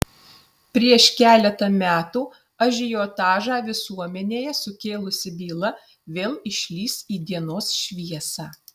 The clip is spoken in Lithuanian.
prieš keletą metų ažiotažą visuomenėje sukėlusi byla vėl išlįs į dienos šviesą